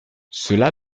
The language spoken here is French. cela